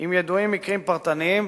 מקרים פרטניים,